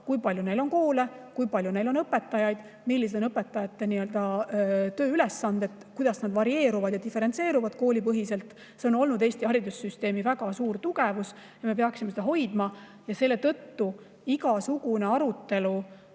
kui palju neil on koole, kui palju neil on õpetajaid, millised on õpetajate tööülesanded, kuidas need varieeruvad ja diferentseeruvad koolipõhiselt. See on olnud Eesti haridussüsteemi väga suur tugevus ja me peaksime seda hoidma. Selle tõttu ei saa mingi arutelu